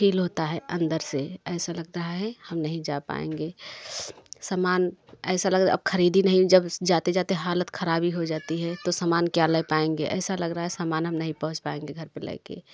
feel होता है अन्दर से ऐसा लगता है हम नहीं जा पाएँगे समान ऐसा लग रहा अब खरीदी नहीं जब उस जाते जाते हालत खराब हो जाती है तो समान क्या ले पाएंगे ऐसा लग रहा है समान हम नहीं पहुँच पाएँगे घर पर लेकर